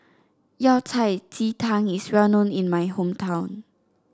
Yao Cai Ji Tang is well known in my hometown